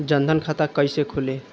जनधन खाता कइसे खुली?